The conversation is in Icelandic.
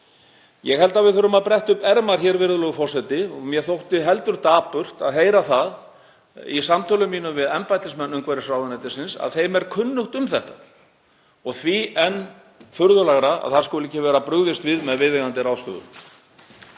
Ég held að við þurfum að bretta upp ermar, virðulegur forseti. Mér þótti heldur dapurt að heyra það í samtölum mínum við embættismenn umhverfisráðuneytisins að þeim er kunnugt um þetta og því enn furðulegra að ekki skuli vera brugðist við með viðeigandi ráðstöfunum.